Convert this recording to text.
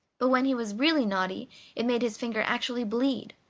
but when he was really naughty it made his finger actually bleed.